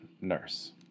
nurse